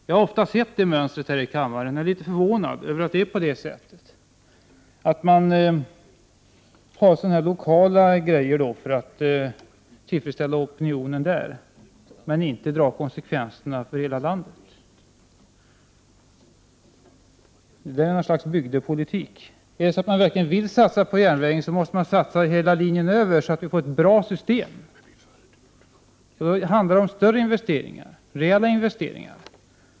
Jag har ofta sett det mönstret här i kammaren och är litet förvånad över att det är på det sättet, att man har lokala grejer för att tillfredsställa opinionen på platsen men inte drar konsekvenserna för hela landet. Det är något slags bygdepolitik. Är det så att man verkligen vill satsa på järnvägen, måste man satsa över hela linjen, så att vi får ett bra system. Då handlar det om större investeringar, rejäla investeringar.